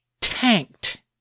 tanked